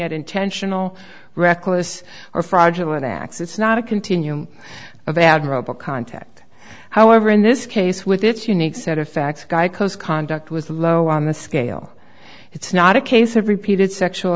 at intentional reckless or fraudulent acts it's not a continuum of admirable contact however in this case with its unique set of facts a guy close conduct was low on the scale it's not a case of repeated sexual